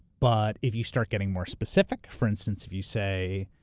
but if you start getting more specific, for instance, if you say,